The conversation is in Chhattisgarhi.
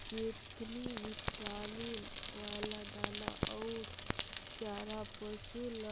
जेतनी बिटामिन वाला दाना अउ चारा पसु ल